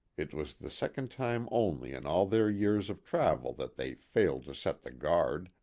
it was the second time only in all their years of travel that they failed to set the guard.